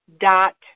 dot